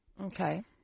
Okay